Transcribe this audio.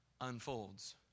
unfolds